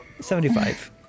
Seventy-five